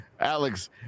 Alex